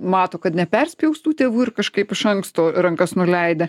mato kad neperspjaus tų tėvų ir kažkaip iš anksto rankas nuleidę